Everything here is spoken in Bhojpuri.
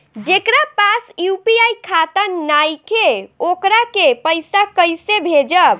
जेकरा पास यू.पी.आई खाता नाईखे वोकरा के पईसा कईसे भेजब?